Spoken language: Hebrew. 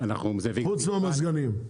חוץ ממזגנים.